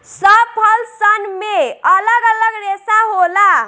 सब फल सन मे अलग अलग रेसा होला